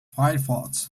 firefox